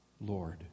Lord